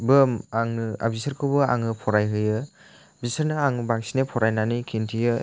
बो बिसोरखौबो आङो फरायहोयो बिसोरनो आं बांसिनै फरायनानै खिन्थायो